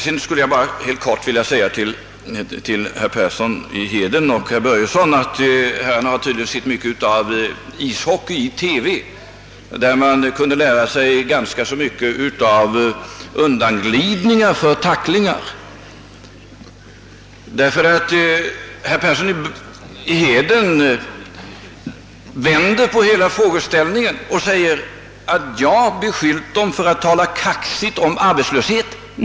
Sedan skulle jag bara helt kort vilja säga några ord till herr Persson i Heden och herr Börjesson i Falköping. Herrarna har tydligen sett mycket ishockey i TV, där man kunnat lära sig ganska mycket av undanglidningar för tacklingar. Herr Persson i Heden vände på hela frågeställningen och sade att jag beskyllde dem för att tala kaxigt om arbetslösheten.